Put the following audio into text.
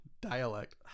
Dialect